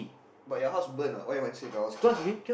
but your house burn what why do you want save the house key